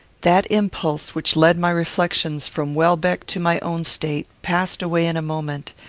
that impulse which led my reflections from welbeck to my own state passed away in a moment,